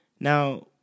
Now